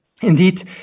Indeed